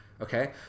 okay